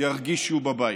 ירגישו בבית.